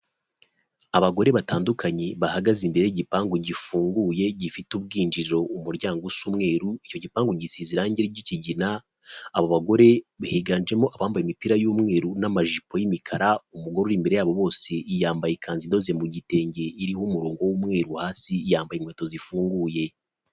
Abagore batandukanye bahagaze imbere y’igipangu gifunguye gifite ubwinjiriro, umuryango us’umweru. Icyo gipangu gisize irangi ry'ikigina, abo bagore biganjemo abambaye imipira y'umweru n'amajipo y'imikara. Umugore ur’imbere yabo bose yambaye ikanzu idoze mu gitenge, iriho umurongo w'umweru, hasi yambaye inkweto zifunguye.